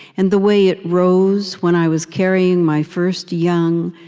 and the way it rose, when i was carrying my first young,